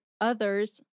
others